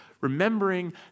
remembering